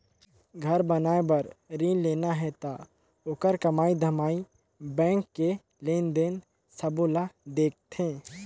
घर बनाए बर रिन लेना हे त ओखर कमई धमई बैंक के लेन देन सबो ल देखथें